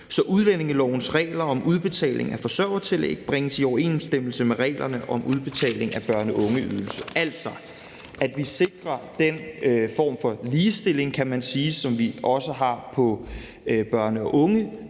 så udlændingelovens regler om udbetaling af forsørgertillæg bringes i overensstemmelse med reglerne om udbetaling af børne- og ungeydelse. Det betyder altså, at vi sikrer den form for ligestilling, kan man sige, som vi også har på børne- og